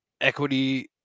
equity